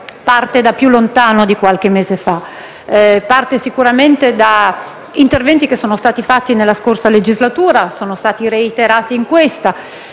parte da più lontano di qualche mese fa. Parte sicuramente da interventi che sono stati fatti nella scorsa legislatura e sono stati reiterati in questa